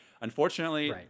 Unfortunately